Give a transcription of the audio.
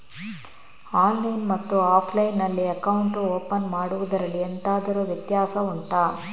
online ಮತ್ತು offline ನಲ್ಲಿ account open ಮಾಡುವುದರಲ್ಲಿ ಎಂತಾದರು ವ್ಯತ್ಯಾಸ ಉಂಟಾ